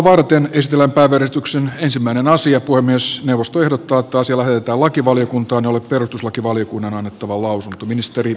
puhemiesneuvosto ehdottaa että asia voi myös neuvosto ehdottaa toiselle lähetetään lakivaliokuntaan jolle perustuslakivaliokunnan on annettava lausunto